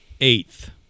eighth